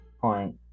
point